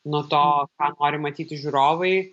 nuo to ką nori matyti žiūrovai